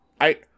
I-